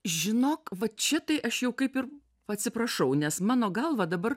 žinok va čia tai aš jau kaip ir atsiprašau nes mano galva dabar